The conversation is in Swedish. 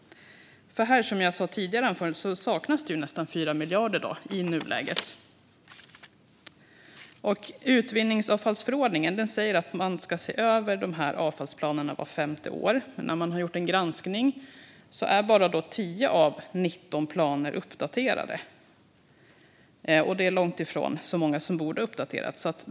Som jag sa tidigare saknas det i nuläget nästan 4 miljarder. Enligt utvinningsavfallsförordningen ska man se över avfallsplanerna vart femte år. Vid en granskning har det framkommit att bara 10 av 19 planer är uppdaterade. Det är långt ifrån så många som borde ha uppdaterats.